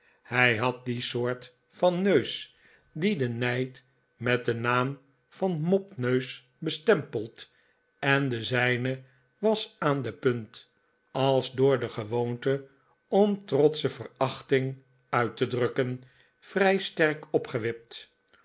hij had die soort van neus die de nijd met den naam van mopneus bestempelt en de zrjne was aan de punt als door e gewoonte om trotsche verachting uit te drukken vrij sterk opgewipt